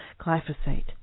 glyphosate